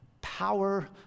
power